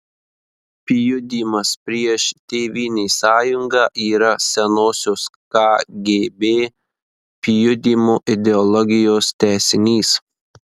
pjudymas prieš tėvynės sąjungą yra senosios kgb pjudymo ideologijos tęsinys